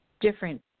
different